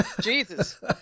Jesus